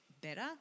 better